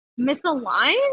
misaligned